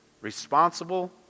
responsible